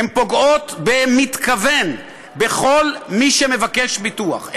הן פוגעות במתכוון בכל מי שמבקש ביטוח.